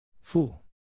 Fool